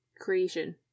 creation